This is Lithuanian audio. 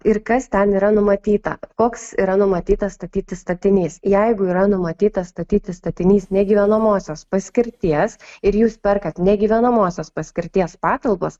ir kas ten yra numatyta koks yra numatytas statyti statinys jeigu yra numatytas statyti statinys negyvenamosios paskirties ir jūs perkat negyvenamosios paskirties patalpas